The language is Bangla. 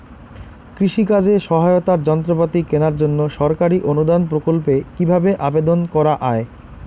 কৃষি কাজে সহায়তার যন্ত্রপাতি কেনার জন্য সরকারি অনুদান প্রকল্পে কীভাবে আবেদন করা য়ায়?